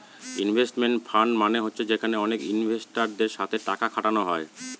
investment fund মানে হচ্ছে যেখানে অনেক ইনভেস্টারদের সাথে টাকা খাটানো হয়